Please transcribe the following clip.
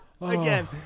Again